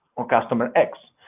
or customer x,